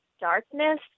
darkness